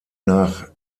nach